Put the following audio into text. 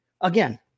again